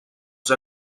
ser